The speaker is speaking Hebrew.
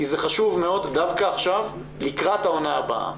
כי זה חשוב מאוד דווקא עכשיו, לקראת העונה הבאה.